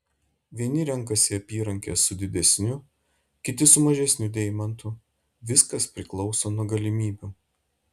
vieni renkasi apyrankę su didesniu kiti su mažesniu deimantu viskas priklauso nuo galimybių